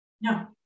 No